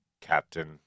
Captain